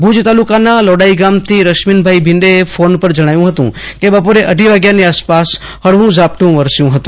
ભુજ તાલુકાના લોડાઈ ગામથી રશ્મિનભાઈ ભીડે એ ફોન પર જણાવ્યું હતું કે બપોરે અઢી વાગ્યા ની આસપાસ હળવું ઝાપટું વરસ્યું હતું